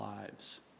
lives